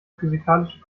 physikalische